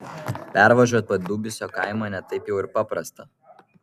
pervažiuot padubysio kaimą ne taip jau ir paprasta